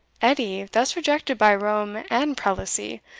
edie, thus rejected by rome and prelacy,